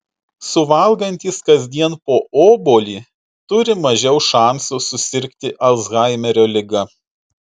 suvalgantys kasdien po obuolį turi mažiau šansų susirgti alzhaimerio liga